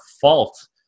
fault